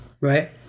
right